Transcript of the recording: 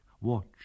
watch